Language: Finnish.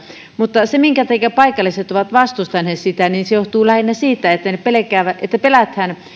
mutta se minkä takia paikalliset ovat vastustaneet sitä johtuu lähinnä siitä että pelätään